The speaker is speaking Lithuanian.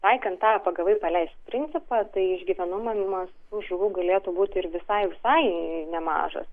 taikant tą pagavai paleisk principą tai išgyvenamumas žuvų galėtų būti ir visai visai nemažas